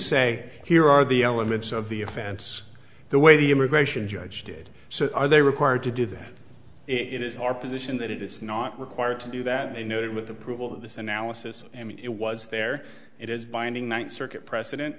say here are the elements of the offense the way the immigration judge did so are they required to do that it is our position that it is not required to do that they noted with approval of this analysis and it was there it is binding ninth circuit precedent